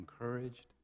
encouraged